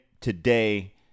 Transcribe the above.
today